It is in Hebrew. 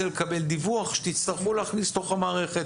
לקבל דיווח שתצטרכו להכניס לתוך המערכת.